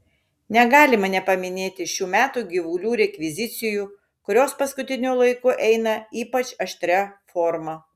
negalima nepaminėti šių metų gyvulių rekvizicijų kurios paskutiniu laiku eina ypač aštria forma